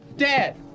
Dad